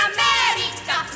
America